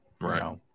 right